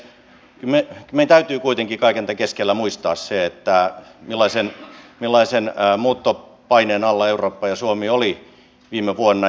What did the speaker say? kyllä meidän täytyy kuitenkin kaiken tämän keskellä muistaa se millaisen muuttopaineen alla eurooppa ja suomi oli viime vuonna